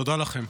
תודה לכם.